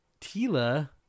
TILA